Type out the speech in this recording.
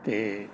ਅਤੇ